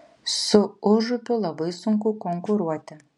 su užupiu labai sunku konkuruoti